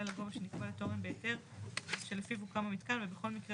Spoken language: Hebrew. על הגובה שנקבע לתורן בהיתר שלפיו הוקם המיתקן ובכל מקרה